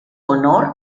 honor